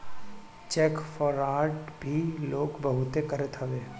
check fraud भी लोग बहुते करत हवे